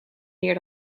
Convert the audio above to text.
meer